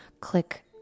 click